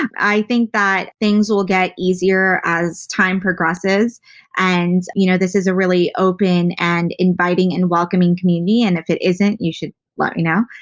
i think that things will get easier as time progresses and you know this is a really open and inviting and welcoming community and if it isn't you should let me know.